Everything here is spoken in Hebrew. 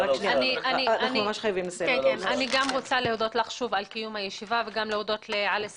אני רוצה להודות לך שוב על קיום הישיבה ולהודות לעלי סלאם,